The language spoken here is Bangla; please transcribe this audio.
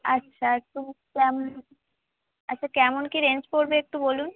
আচ্ছা একটু কেম আচ্ছা কেমন কী রেঞ্জ পড়বে একটু বলুন